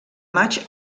maig